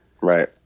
right